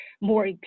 more